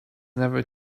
never